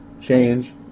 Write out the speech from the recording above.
change